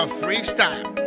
freestyle